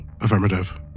Affirmative